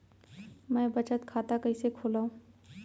मै बचत खाता कईसे खोलव?